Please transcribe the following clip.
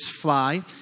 Fly